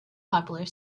popular